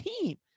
team